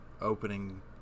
opening